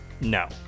No